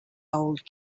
old